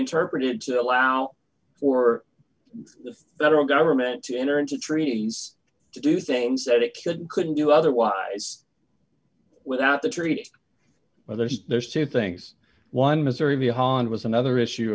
interpreted to allow for the federal government to enter into treaties to do things that it couldn't couldn't do otherwise without the treaty but there's there's two things one misery beyond was another issue